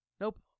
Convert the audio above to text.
Nope